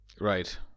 right